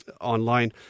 online